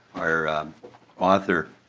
our author